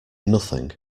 nothing